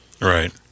right